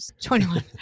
21